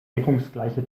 deckungsgleiche